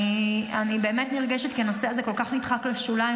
אני באמת נרגשת, כי הנושא הזה כל כך נדחק לשוליים.